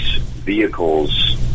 vehicles